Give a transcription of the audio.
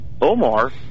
Omar